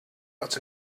out